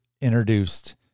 introduced